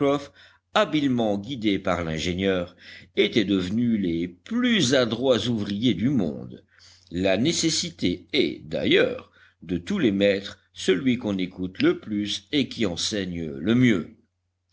habilement guidés par l'ingénieur étaient devenus les plus adroits ouvriers du monde la nécessité est d'ailleurs de tous les maîtres celui qu'on écoute le plus et qui enseigne le mieux